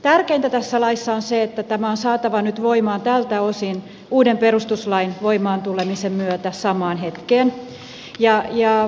tärkeintä tässä laissa on se että tämä on saatava nyt voimaan tältä osin uuden perustuslain voimaan tulemisen myötä samaan hetkeen